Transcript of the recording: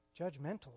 judgmental